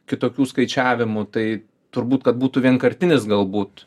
kitokių skaičiavimų tai turbūt kad būtų vienkartinis galbūt